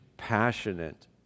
Passionate